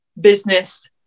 business